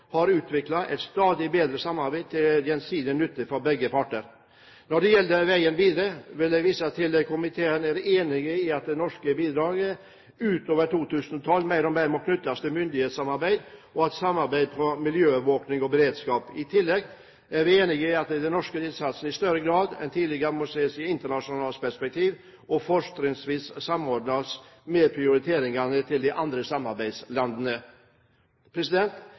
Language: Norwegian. har utviklet et stadig bedre samarbeid til gjensidig nytte for begge parter. Når det gjelder veien videre, vil jeg vise til at komiteen er enig i at norske bidrag utover 2012 mer og mer må knyttes til myndighetssamarbeid og samarbeid om miljøovervåking og beredskap. I tillegg er vi enig i at den norske innsatsen i større grad enn tidligere må ses i et internasjonalt perspektiv og fortrinnsvis samordnes med prioriteringene til de andre samarbeidslandene.